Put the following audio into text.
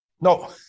No